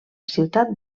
ciutat